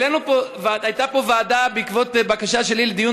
היה פה דיון בוועדה בעקבות בקשה שלי לדיון